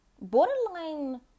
borderline